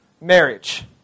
marriage